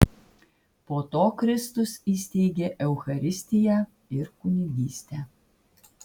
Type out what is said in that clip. po to kristus įsteigė eucharistiją ir kunigystę